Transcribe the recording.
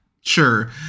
sure